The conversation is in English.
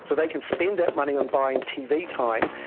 so they can spend that money on buying tv time,